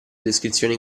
descrizione